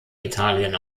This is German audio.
italien